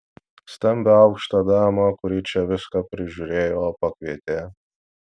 stambią aukštą damą kuri čia viską prižiūrėjo pakvietė